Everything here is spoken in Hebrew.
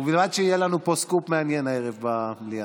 ובלבד שיהיה לנו פה סקופ מעניין הערב במליאה.